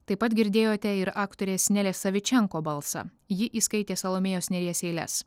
taip pat girdėjote ir aktorės nelės savičenko balsą ji įskaitė salomėjos nėries eiles